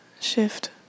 shift